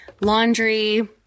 Laundry